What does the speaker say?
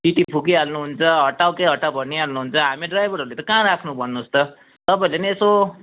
city फुकिहाल्नु हुन्छ हटाउ कि हटाउ भनिहाल्नु हुन्छ हामी ड्राइभरहरूले त कहाँ राख्नु भन्नुहोस् त तपाईँहरूले नि यसो